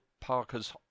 Parker's